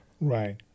Right